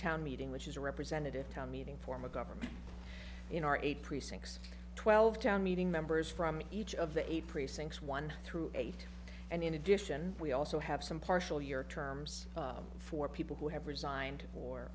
town meeting which is a representative town meeting form of government in our eight precincts twelve town meeting members from each of the eight precincts one through eight and in addition we also have some partial year terms for people who have resigned